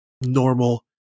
normal